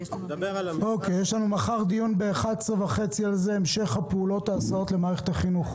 יש לנו דיון על זה מחר ב-11:30 המשך ההסעות למערכת החינוך.